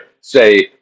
say